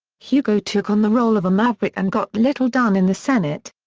hugo took on the role of a maverick and got little done in the senate.